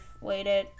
waited